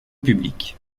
publique